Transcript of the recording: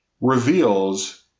reveals